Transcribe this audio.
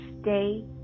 stay